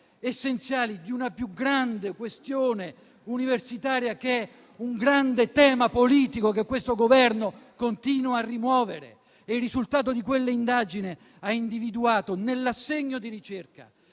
essenziali di una più grande questione universitaria, che è un grande tema politico che questo Governo continua a rimuovere. Il risultato di quell'indagine ha individuato nell'assegno di ricerca,